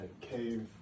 cave